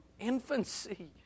infancy